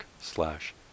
slash